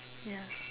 ya